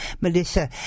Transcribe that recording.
Melissa